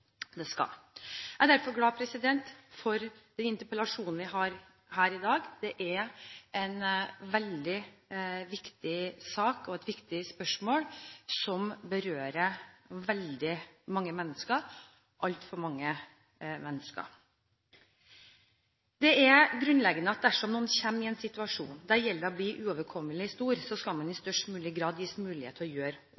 det skal. Jeg er derfor glad for den interpellasjonen vi har her i dag. Det er en veldig viktig sak og et viktig spørsmål som berører veldig mange mennesker – altfor mange mennesker. Det er grunnleggende at dersom noen kommer i en situasjon der gjelden blir uoverkommelig stor, skal man i